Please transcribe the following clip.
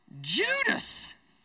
Judas